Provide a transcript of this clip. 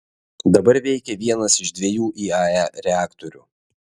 dabar veikia vienas iš dviejų iae reaktorių